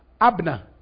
Abner